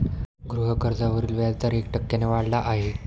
गृहकर्जावरील व्याजदर एक टक्क्याने वाढला आहे